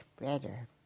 better